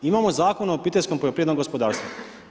Imamo Zakon o obiteljskom poljoprivrednom gospodarstvu.